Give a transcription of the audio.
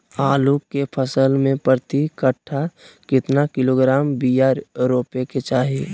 आलू के फसल में प्रति कट्ठा कितना किलोग्राम बिया रोपे के चाहि?